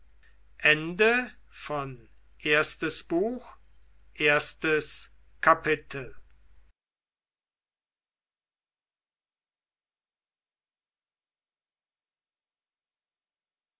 erstes buch erstes kapitel